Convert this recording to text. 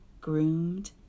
groomed